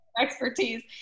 expertise